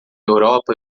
europa